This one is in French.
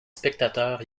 spectateurs